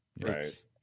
Right